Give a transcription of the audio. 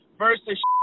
versus